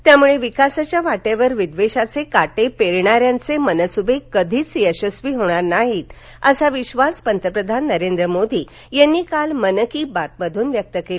त्यामुळे विकासाच्या वाटेवर विद्वेषाचे काटे पेरणाऱ्यांचे मनसुबे कधीच यशस्वी होणार नाहीत असा विश्वास पंतप्रधान नरेंद्र मोदी यांनी काल मन की बात मधून व्यक्त केला